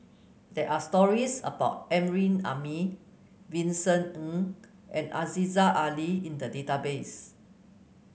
there are stories about Amrin Amin Vincent Ng and Aziza Ali in the database